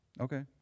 Okay